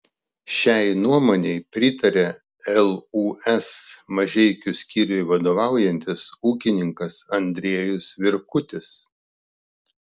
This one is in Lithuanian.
šiai nuomonei pritaria lūs mažeikių skyriui vadovaujantis ūkininkas andriejus virkutis